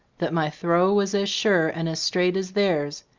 that my throw was as sure and as straight as theirs,